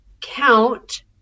count